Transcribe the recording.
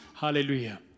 Hallelujah